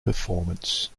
performance